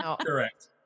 Correct